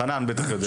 חנן בוודאי יודע.